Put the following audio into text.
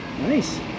nice